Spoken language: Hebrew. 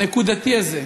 הנקודתי הזה,